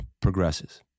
progresses